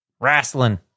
Wrestling